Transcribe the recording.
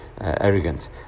arrogant